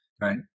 right